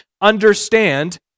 understand